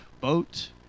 boat